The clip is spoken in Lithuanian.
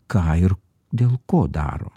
ką ir dėl ko daro